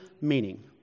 meaning